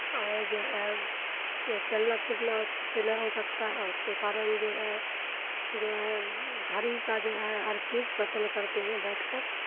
اور جو ہے چلنا پھرنا اس سے نہ ہو سکتا ہے اس کے کارن جو ہے جو ہے گھر ہی کا جو ہے ہر چیز پسند کرتے ہیں بیٹھ کر